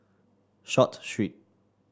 Short Street